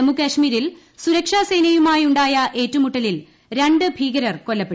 ജമ്മുകശ്മീരിൽ ്യൂസുരക്ഷാസേനയുമായി ഉണ്ടായ ന് ഏറ്റുമുട്ടലിൽ രണ്ട് ഭീകരർ കൊല്ലപ്പെട്ടു